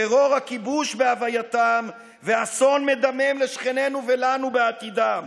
טרור הכיבוש בהווייתם ואסון מדמם לשכנינו ולנו בעתידם.